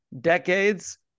decades